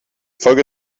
folge